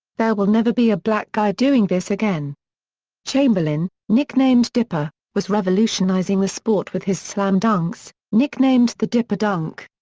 there will never be a black guy doing this again chamberlain, nicknamed dipper, was revolutionizing the sport with his slam dunks, nicknamed the dipper dunk.